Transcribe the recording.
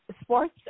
sports